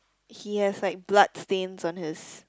he has like blood stains on his